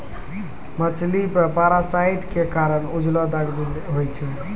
मछली मे पारासाइट क कारण उजलो दाग होय छै